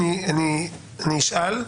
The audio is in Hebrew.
אני אשאל שאלה.